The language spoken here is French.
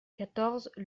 quatorze